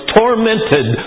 tormented